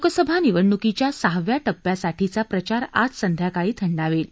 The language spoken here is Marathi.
लोकसभा निवडणुकीच्या सहाव्या टप्प्यासाठीचा प्रचार आज संध्याकाळी थंडावेल